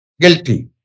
guilty